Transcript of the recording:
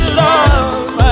love